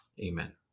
amen